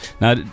Now